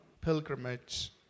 pilgrimage